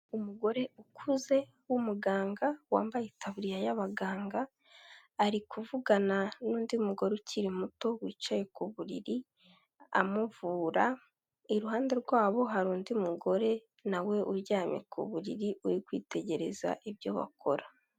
Umugore ukuze w'umuganga wambaye itaburiya y'abaganga, ari kuvugana n'undi mugore ukiri muto wicaye ku buriri amuvura, iruhande rwabo hari undi mugore na we uryamye ku buriri uri kwitegereza ibyo bakora.